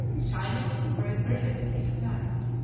shining with great brilliancy at night